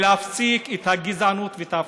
ולהפסיק את הגזענות ואת האפליה.